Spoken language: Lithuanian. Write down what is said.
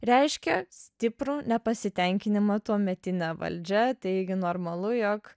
reiškė stiprų nepasitenkinimą tuometine valdžia taigi normalu jog